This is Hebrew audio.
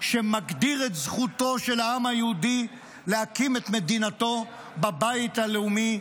שמגדיר את זכותו של העם היהודי להקים את מדינתו בבית הלאומי,